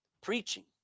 preaching